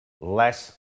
less